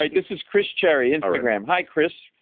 like this is chris cherry, instagram. hi chris,